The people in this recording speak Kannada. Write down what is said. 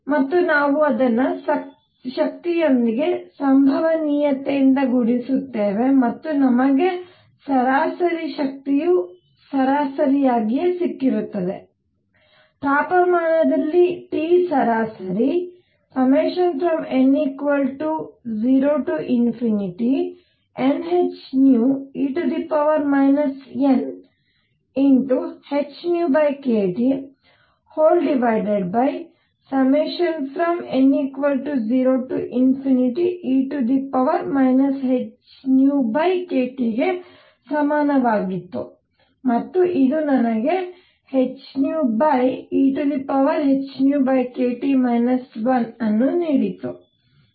ಮತ್ತು ನಾವು ಅದನ್ನು ಶಕ್ತಿಯೊಂದಿಗೆ ಸಂಭವನೀಯತೆಯಿಂದ ಗುಣಿಸುತ್ತೇವೆ ಮತ್ತು ನಮಗೆ ಸರಾಸರಿ ಶಕ್ತಿಯ ಸರಾಸರಿ ಸಿಕ್ಕಿತು ತಾಪಮಾನದಲ್ಲಿ T ಸರಾಸರಿ n0nhνe nhνkTn0e nhνkT ಗೆ ಸಮಾನವಾಗಿತ್ತು ಮತ್ತು ಇದು ನನಗೆ hehνkT 1ಅನ್ನು ನೀಡಿತು